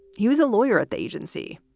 he was a lawyer at the agency,